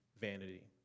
vanity